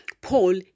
Paul